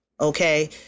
okay